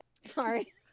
Sorry